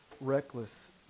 reckless